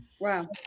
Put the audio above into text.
Wow